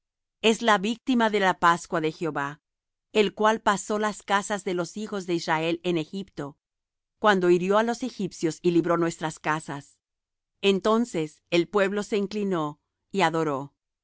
es la víctima de la pascua de jehová el cual pasó las casas de los hijos de israel en egipto cuando hirió á los egipcios y libró nuestras casas entonces el pueblo se inclinó y adoró y